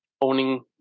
owning